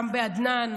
גם בעדנאן,